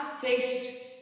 faced